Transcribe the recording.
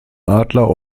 adler